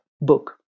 book